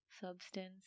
substance